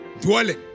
dwelling